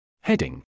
Heading